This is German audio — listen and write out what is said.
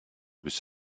bis